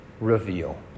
reveal